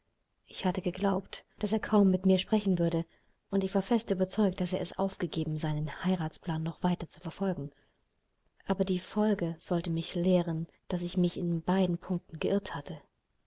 ich hatte geglaubt daß er kaum mit mir sprechen würde und ich war fest überzeugt daß er es aufgegeben seinen heiratsplan noch weiter zu verfolgen aber die folge sollte mich lehren daß ich mich in beiden punkten geirrt hatte